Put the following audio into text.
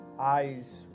eyes